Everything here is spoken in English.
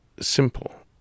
simple